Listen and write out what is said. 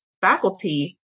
faculty